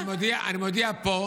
אני מודיע פה,